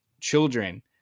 children